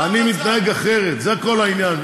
אני מתנהג אחרת, זה כל העניין.